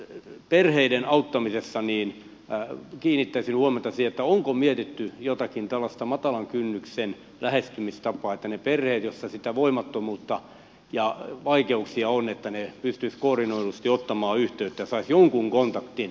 perheiden auttamisessa kiinnittäisin huomiota siihen onko mietitty jotakin tällaista matalan kynnyksen lähestymistapaa niin että ne perheet joissa sitä voimattomuutta ja vaikeuksia on pystyisivät koordinoidusti ottamaan yhteyttä ja saisivat jonkun kontaktin auttamisjärjestelmiin